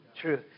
True